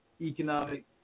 economic